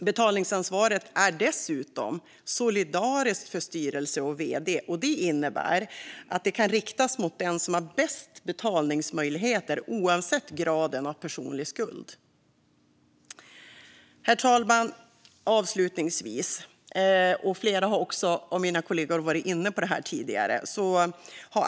Betalningsansvaret är dessutom solidariskt för styrelse och vd, och det innebär att det kan riktas mot den som har bäst betalningsmöjligheter oavsett graden av personlig skuld. Herr talman! Avslutningsvis ska jag ta upp något som flera av mina kollegor har varit inne på tidigare.